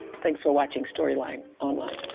thanks for watching storyline online.